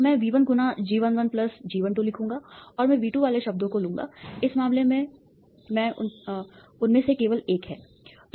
तो मैं V1 × G11 G12 लिखूंगा और मैं V2 वाले शब्दों को लूंगा इस मामले में उनमें से केवल 1 है